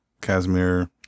Casimir